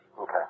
Okay